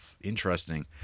interesting